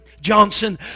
Johnson